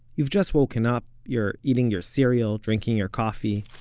you've just woken up. you're eating your cereal, drinking your coffee.